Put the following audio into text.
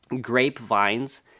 grapevines